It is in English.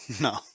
No